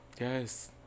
Yes